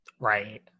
Right